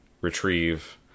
retrieve